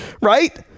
right